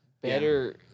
Better